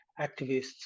activists